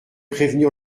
prévenir